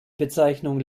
bezeichnung